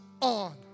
on